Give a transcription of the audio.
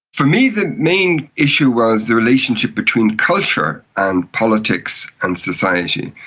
for me the main issue was the relationship between culture and politics and society,